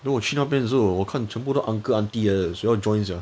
then 我去那边的时候我看全部都 uncle auntie 来的谁要 join sia